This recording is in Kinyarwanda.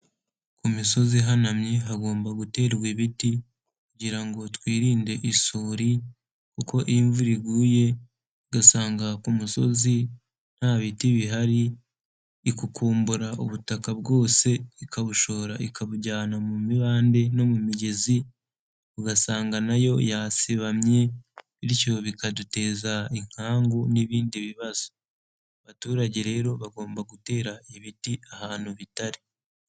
Ku misozi ihanamye hagomba guterwa ibiti kugira ngo twirinde isuri kuko iyo imvura iguye igasanga ku musozi nta biti bihari, ikukumbura ubutaka bwose ikabushora ikabujyana mu mibande no mu migezi, ugasanga na yo yasibamye, bityo bikaduteza inkangu n'ibindi bibazo. Abaturage rero bagomba gutera ibiti ahantu bitari.